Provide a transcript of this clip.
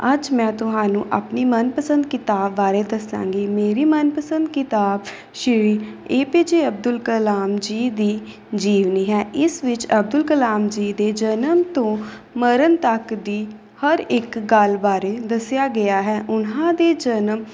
ਅੱਜ ਮੈਂ ਤੁਹਾਨੂੰ ਆਪਣੀ ਮਨਪਸੰਦ ਕਿਤਾਬ ਬਾਰੇ ਦੱਸਾਂਗੀ ਮੇਰੀ ਮਨਪਸੰਦ ਕਿਤਾਬ Shri A P J Abdul Kalam ji ਦੀ ਜੀਵਨੀ ਹੈ ਇਸ ਵਿੱਚ ਅਬਦੁਲ ਕਲਾਮ ਜੀ ਦੇ ਜਨਮ ਤੋਂ ਮਰਨ ਤੱਕ ਦੀ ਹਰ ਇੱਕ ਗੱਲ ਬਾਰੇ ਦੱਸਿਆ ਗਿਆ ਹੈ ਉਹਨਾਂ ਦੇ ਜਨਮ